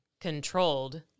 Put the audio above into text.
controlled